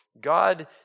God